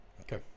Okay